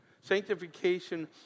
Sanctification